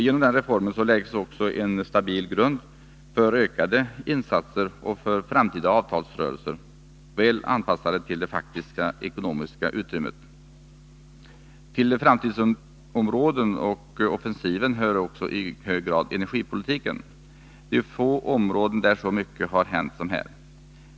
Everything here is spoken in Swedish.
Genom den reformen läggs en stabil grund för ökade insatser och för framtida avtalsrörelser, väl anpassade till det faktiska ekonomiska utrymmet. Till ftamtidsområdena och offensiven hör också i hög grad energipolitiken. Det är få områden där så mycket har hänt som här.